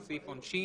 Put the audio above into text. הוא סעיף עונשין.